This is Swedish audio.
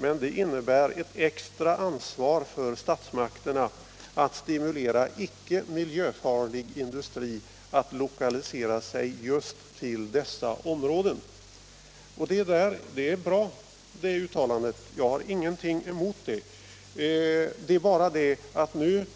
Men det innebär ett extra ansvar för statsmakterna att stimulera icke miljöfarlig industri att lokalisera sig just till dessa områden.” Det uttalandet är bra, och jag har ingenting emot det. Det är bara det att nu